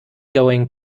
going